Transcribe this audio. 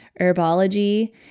herbology